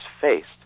faced